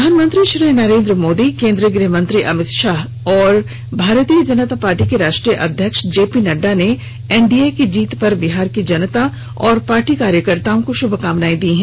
प्रधानमंत्री श्री नरेंद्र मोदी केंद्रीय गृह मंत्री अमित शाह और भारतीय जनता पार्टी के राष्ट्रीय अध्यक्ष जेपी नड्डा ने एनडीए की जीत पर बिहार की जनता और पार्टी कार्यकर्ताओं को शुभकामनाएं दी है